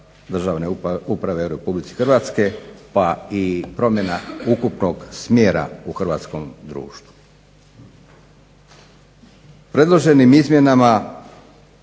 državne uprave u Republici Hrvatskoj pa i promjena ukupnog smjera u hrvatskom društvu. Predloženim izmjenama